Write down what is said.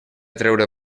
treure